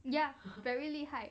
ya very 厉害